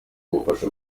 gufasha